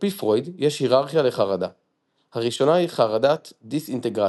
עפ"י פרויד יש היררכיה לחרדה – הראשונה היא חרדת דיסאינטרגציה,